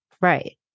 Right